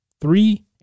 three